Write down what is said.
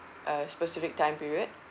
a specific time period